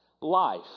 Life